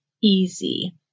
easy